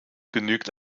genügt